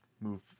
move